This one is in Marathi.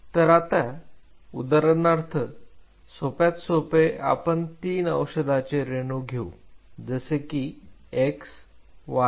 तर आता उदाहरणार्थ सोप्यात सोपे आपण तीन औषधांचे रेणु घेऊ जसे की x y आणि z